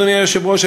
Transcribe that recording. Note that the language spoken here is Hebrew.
אדוני היושב-ראש,